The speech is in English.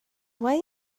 why